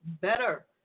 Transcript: better